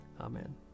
Amen